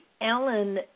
Alan